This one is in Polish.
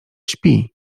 śpi